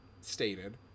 stated